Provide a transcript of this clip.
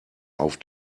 auf